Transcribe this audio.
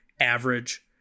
average